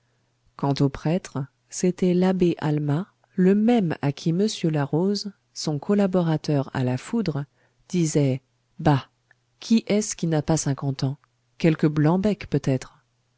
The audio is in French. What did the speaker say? quant aux prêtres c'étaient l'abbé halma le même à qui m larose son collaborateur à la foudre disait bah qui est-ce qui n'a pas cinquante ans quelques blancs-becs peut-être